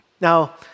Now